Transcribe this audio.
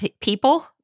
people